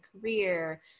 career